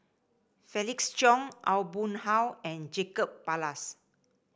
Felix Cheong Aw Boon Haw and Jacob Ballas